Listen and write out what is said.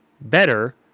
better